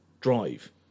drive